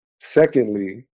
secondly